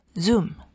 Zoom